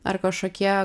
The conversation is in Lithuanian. ar kažkokie